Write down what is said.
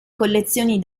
collezioni